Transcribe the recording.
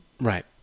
Right